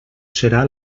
serà